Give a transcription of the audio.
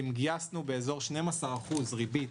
אם גייסנו בערך 12% ריבית